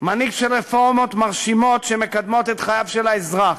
מנהיג של רפורמות מרשימות שמקדמות את חייו של האזרח,